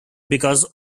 because